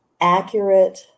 accurate